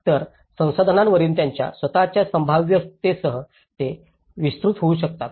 तर संसाधनांवरील त्यांच्या स्वत च्या संभाव्यतेसह ते कसे विस्तृत होऊ शकतात